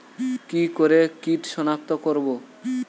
কি করে কিট শনাক্ত করব?